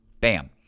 Bam